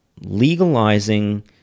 legalizing